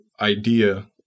idea